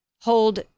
hold